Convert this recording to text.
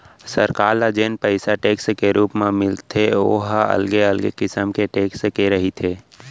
सरकार ल जेन पइसा टेक्स के रुप म मिलथे ओ ह अलगे अलगे किसम के टेक्स के रहिथे